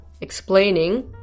explaining